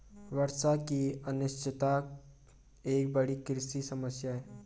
वर्षा की अनिश्चितता एक बड़ी कृषि समस्या है